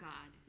God